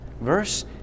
Verse